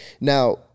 Now